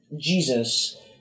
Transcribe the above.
Jesus